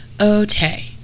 Okay